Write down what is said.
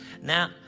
Now